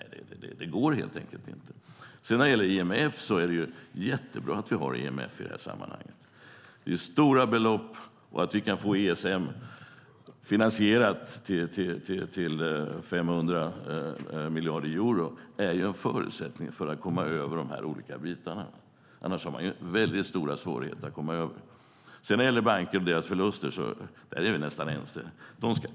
Det går helt enkelt inte. Det är jättebra att vi har IMF. Det handlar om stora belopp. Att vi kan få ESM finansierat till 500 miljarder euro är en förutsättning för att man ska komma över detta. När det gäller bankerna och deras förluster är vi nästan ense.